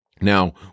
Now